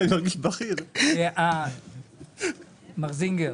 מר זינגר,